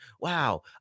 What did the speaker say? wow